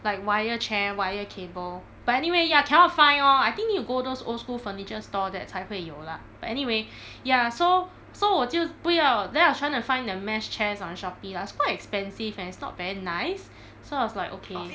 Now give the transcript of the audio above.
like wire chair wire cable but anyway cannot find lor I think need to go those old school furniture store that 才会有啦 but anyway ya so so 我就不要 then I was trying to find the mesh chairs on shopee lah so expensive and it's not very nice so I was like okay